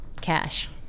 Cash